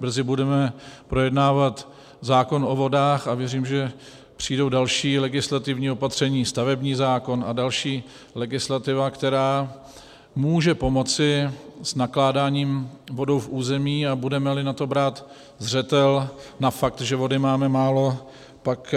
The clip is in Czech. Brzy budeme projednávat zákon o vodách a věřím, že přijdou další legislativní opatření, stavební zákon a další legislativa, která může pomoci s nakládáním s vodou v území, a budemeli brát zřetel na fakt, že vody máme málo, pak